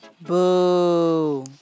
Boo